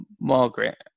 Margaret